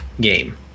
game